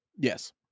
Yes